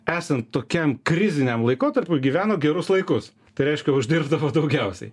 esant tokiam kriziniam laikotarpiui gyveno gerus laikus tai reiškia uždirbdavo daugiausiai